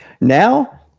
Now